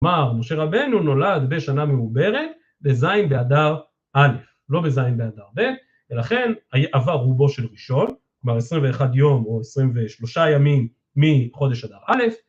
כלומר, משה רבנו נולד בשנה מעוברת בזין באדר א', לא בזין באדר ב', ולכן עבר רובו של ראשון, כלומר 21 יום או 23 ימים מחודש אדר א',